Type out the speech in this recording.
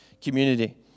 community